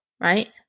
right